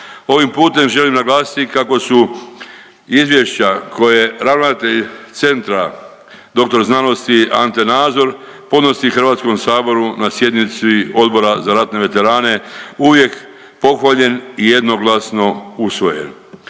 Ovim putem želim naglasiti kako su izvješća koje je ravnatelj centra dr.sc. Ante Nazor podnosi Hrvatskom saboru na sjednici Odbora za ratne veterane uvijek pohvaljen i jednoglasno usvojen.